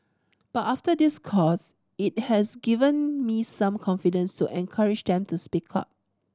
but after this course it has given me some confidence to encourage them to speak up